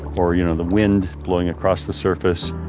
or you know the wind blowing across the surface